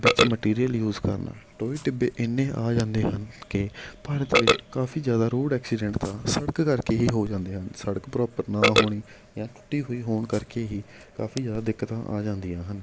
ਵਿੱਚ material use ਕਰਨਾ ਟੋਏ ਟਿੱਬੇ ਇੰਨੇ ਆ ਜਾਂਦੇ ਹਨ ਕਿ ਭਾਰਤ ਵਿੱਚ ਕਾਫੀ ਜ਼ਿਆਦਾ ਰੋਡ ਐਕਸੀਡੈਂਟ ਤਾਂ ਸੜਕ ਕਰਕੇ ਹੀ ਹੋ ਜਾਂਦੇ ਹਨ ਸੜਕ ਪ੍ਰੋਪਰ ਨਾ ਹੋਣੀ ਜਾਂ ਟੁੱਟੀ ਹੋਈ ਹੋਣ ਕਰਕੇ ਹੀ ਕਾਫੀ ਜ਼ਿਆਦਾ ਦਿੱਕਤਾਂ ਆ ਜਾਂਦੀਆਂ ਹਨ